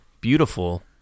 beautiful